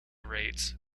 rates